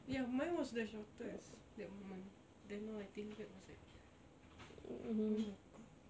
ya mine was the shortest that moment then now I think back I was like o~ o~ oh my god